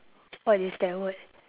what is that word